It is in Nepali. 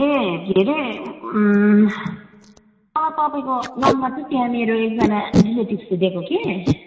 ए के अरे मलाई तपाईँको नम्बर छ त्यहाँनिर एकजना अलिकति उसले दिएको कि